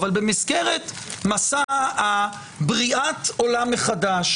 אבל במסגרת מסע בריאת העולם מחדש,